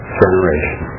generation